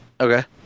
Okay